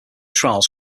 trails